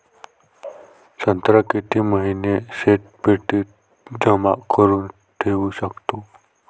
संत्रा किती महिने शीतपेटीत जमा करुन ठेऊ शकतो?